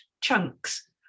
chunks